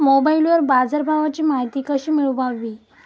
मोबाइलवर बाजारभावाची माहिती कशी मिळवावी?